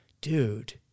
dude